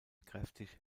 kräftig